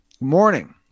Morning